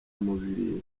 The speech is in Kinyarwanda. mubiri